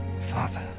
Father